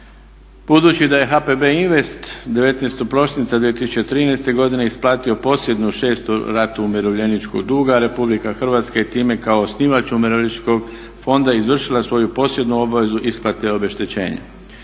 Budući da je HPB Invest 19. prosinca 2013. godine isplatio posljednju 6 ratu umirovljeničkog duga Republika Hrvatska je time kao osnivač Umirovljeničkog fonda izvršila svoju …/Govornik se ne razumije./… isplate obeštećenja.